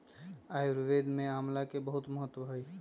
आयुर्वेद में आमला के बहुत महत्व हई